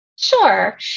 Sure